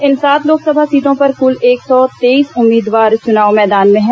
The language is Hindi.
इन सात लोकसभा सीटों पर कुल एक सौ तेईस उम्मीदवार चूनाव मैदान में हैं